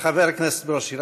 חבר הכנסת ברושי,